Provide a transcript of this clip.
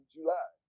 July